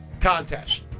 contest